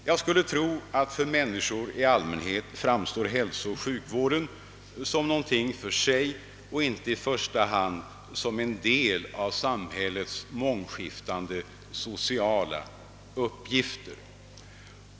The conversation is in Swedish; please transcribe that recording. Jag skulle tro att för människor i allmänhet framstår hälsooch sjukvården som någonting för sig och inte i första hand som en del av samhällets mångskiftande sociala uppgifter.